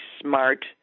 smart